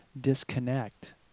disconnect